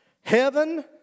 Heaven